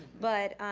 but,